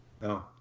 No